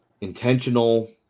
intentional